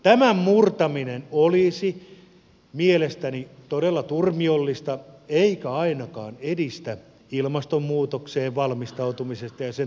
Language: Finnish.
tämän murtaminen olisi mielestäni todella turmiollista eikä ainakaan edistäisi ilmastonmuutokseen valmistautumista ja sen torjuntaa